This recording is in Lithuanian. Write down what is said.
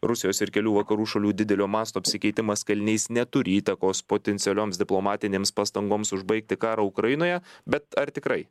rusijos ir kelių vakarų šalių didelio masto apsikeitimas kaliniais neturi įtakos potencialioms diplomatinėms pastangoms užbaigti karą ukrainoje bet ar tikrai